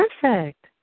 Perfect